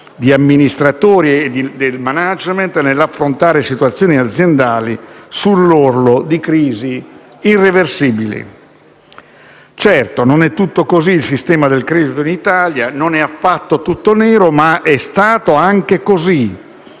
di amministratori e del *management* nell'affrontare situazioni aziendali sull'orlo di crisi irreversibili. Certo, non è tutto così il sistema del credito in Italia e non è affatto tutto nero, ma è stato anche così;